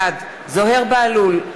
בעד זוהיר בהלול,